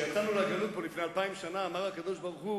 כשיצאנו לגלות מפה לפני אלפיים שנה אמר הקדוש-ברוך-הוא: